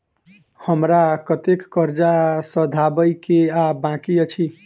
हमरा कतेक कर्जा सधाबई केँ आ बाकी अछि?